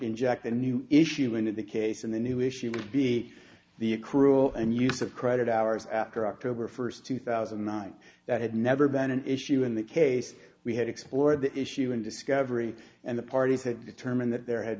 inject a new issue into the case in the new issue would be the cruel and use of credit hours after october first two thousand and nine that had never been an issue in the case we had explored the issue in discovery and the parties had determined that there had